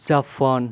Japan